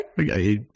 okay